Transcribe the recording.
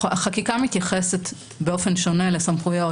רק כדי לחדד החקיקה מתייחסת באופן שונה לסמכויות